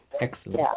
Excellent